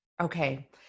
Okay